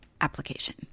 application